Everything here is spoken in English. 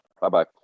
Bye-bye